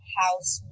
house